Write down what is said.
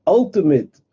ultimate